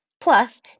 Plus